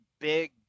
big